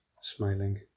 smiling